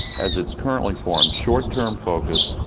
as it is currently formed, short term focus,